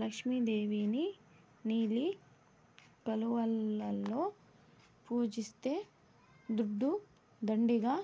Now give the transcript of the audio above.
లక్ష్మి దేవిని నీలి కలువలలో పూజిస్తే దుడ్డు దండిగా